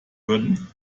würden